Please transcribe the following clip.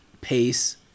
Pace